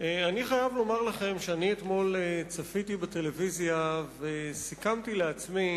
אני חייב לומר לכם שאתמול צפיתי בטלוויזיה וסיכמתי לעצמי